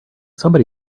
somebody